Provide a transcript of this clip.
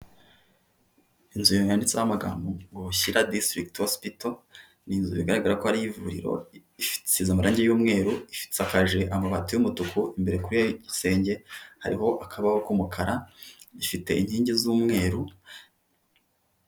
Inzu yanditseho amagambo ngo Shyira disitirigiti hosipito, ni inzu bigaragara ko ari iy'ivuriro, isize amarange y'umweru, isakaje amabati y'umutuku, imbere ku gisenge hariho akabaho k'umukara ifite inkingi z'umweru.